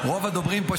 רוב הדוברים פה,